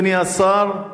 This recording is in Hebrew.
אדוני השר,